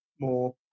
more